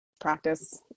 practice